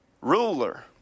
ruler